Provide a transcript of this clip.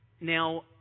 Now